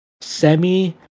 semi